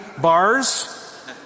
bars